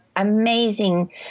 Amazing